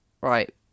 Right